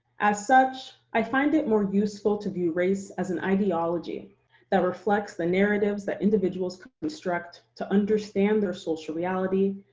as such, i find it more useful to view race as an ideology that reflects the narratives that individuals construct to understand their social reality,